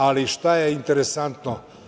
Ali šta je interesantno?